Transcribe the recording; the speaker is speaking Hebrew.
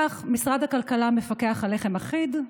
כך, משרד הכלכלה מפקח על לחם אחיד,